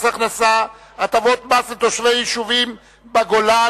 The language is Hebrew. הכנסה (הטבות מס לתושבי יישובים בגולן),